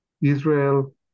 Israel